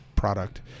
product